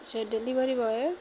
ସେ delivery boy